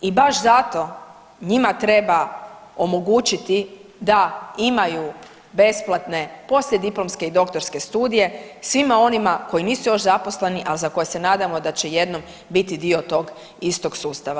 I baš zato njima treba omogućiti da imaju besplatne poslijediplomske i doktorske studije svima onima koji nisu još zaposleni, a za koje se nadamo da će jednom biti dio tog istog sustava.